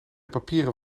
papieren